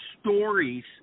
stories